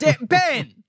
Ben